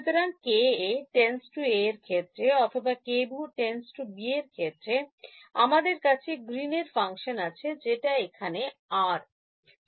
সুতরাং KA→A এর ক্ষেত্রে অথবা KB→B ক্ষেত্রে আমাদের কাছে গ্রীনের ফাংশনGreen's Function আছে যেখানে একটা আর আছে